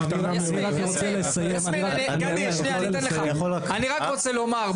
אני רק רוצה לומר,